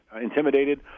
intimidated